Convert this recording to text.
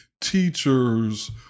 teachers